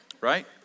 Right